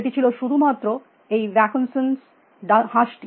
সেটি ছিল শুধুমাত্র এই ভাকুনসান হাঁসটি